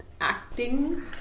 acting